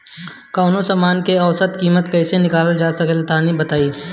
कवनो समान के औसत कीमत कैसे निकालल जा ला तनी बताई?